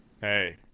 Hey